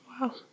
wow